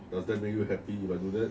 does that make you happy if I do that